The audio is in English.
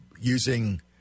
using